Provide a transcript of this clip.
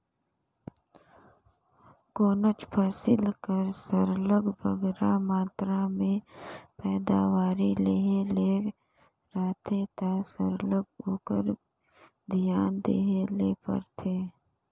कोनोच फसिल कर सरलग बगरा मातरा में पएदावारी लेहे ले रहथे ता सरलग ओकर धियान देहे ले परथे